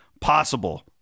possible